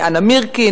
אנה מירקין,